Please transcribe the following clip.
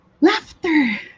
Laughter